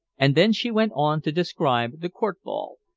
and then she went on to describe the court ball,